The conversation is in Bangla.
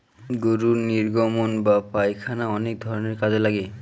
গরুর নির্গমন বা পায়খানা অনেক ধরনের কাজে লাগে